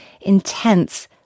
intense